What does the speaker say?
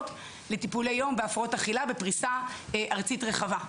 לטיפולי יום בהפרעות אכילה בפרישה ארצית רחבה.